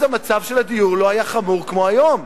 אז מצב הדיור לא היה חמור כמו שהוא היום.